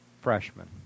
freshman